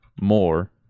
more